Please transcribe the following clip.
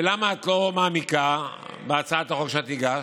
ולמה את לא מעמיקה בהצעת החוק שהגשת?